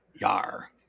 Yar